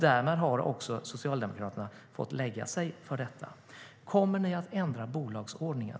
Därmed har Socialdemokraterna fått lägga sig för detta. Kommer ni att ändra bolagsordningen?